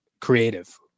creative